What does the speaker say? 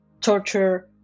torture